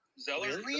Zeller